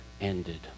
ended